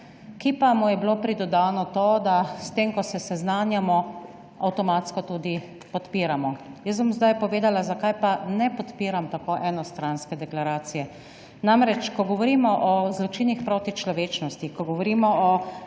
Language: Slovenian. ki pa mu je bilo pridodano to, da s tem, ko se seznanjamo, avtomatsko tudi podpiramo. Jaz bom zdaj povedala, zakaj pa ne podpiram tako enostranske deklaracije. Namreč, ko govorimo o zločinih proti človečnosti, ko govorimo o